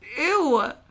Ew